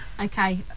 okay